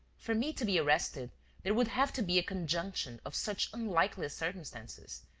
for me to be arrested there would have to be a conjunction of such unlikely circumstances,